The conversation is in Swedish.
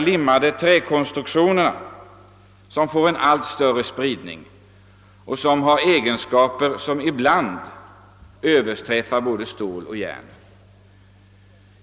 Limmade träkonstruktioner, som får en allt större spridning, har egenskaper som ibland överträffar både stål och järn.